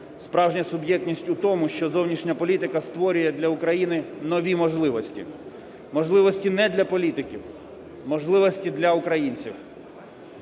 справжня суб'єктність у тому, що зовнішня політика створює для України нові можливості, можливості не для політиків – можливості для українців,